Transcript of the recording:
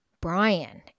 Brian